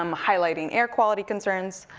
um highlighting air quality concerns.